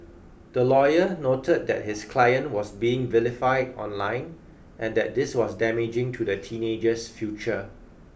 the lawyer noted that his client was being vilified online and that this was damaging to the teenager's future